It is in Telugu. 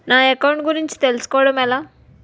నా అకౌంట్ గురించి తెలుసు కోవడం ఎలా?